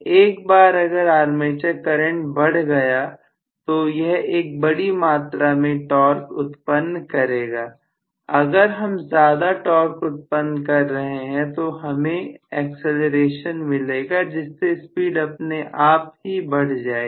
एक बार अगर आर्मेचर करंट बढ़ गया तो यह एक बड़ी मात्रा में टॉर्क उत्पन्न करेगा अगर हम ज्यादा टॉर्क उत्पन्न कर रहे हैं तो हमें एक्सीलरेशन मिलेगा जिससे स्पीड अपने आप ही बढ़ जाएगी